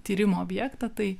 tyrimo objektą tai